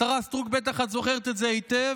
השרה סטרוק, בטח את זוכרת את זה היטב,